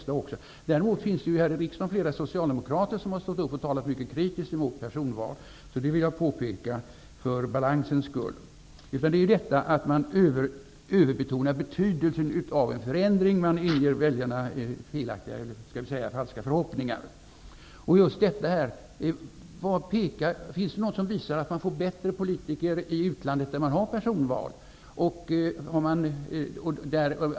Däremot finns här i riksdagen flera socialdemokrater som har stått upp och talat mycket kritiskt emot personval. Det vill jag påpeka för balansens skull. Jag tycker man överbetonar betydelsen av en förändring. Man inger väljarna skall vi säga falska förhoppningar. Finns det något som visar att man får bättre politiker i utlandet på de ställen man har personval?